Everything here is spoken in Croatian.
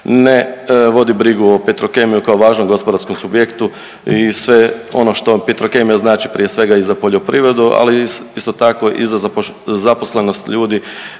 ne vodi brigu o Petrokemiji kao važnom gospodarskom subjektu i sve ono što vam Petrokemija znači prije svega i za poljoprivredu, ali isto tako i za zaposlenost ljudi